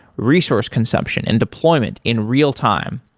resource consumption and deployment in real time.